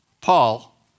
Paul